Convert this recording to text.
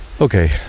Okay